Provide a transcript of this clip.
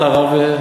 אתה רב,